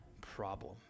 problem